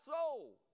soul